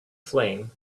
flame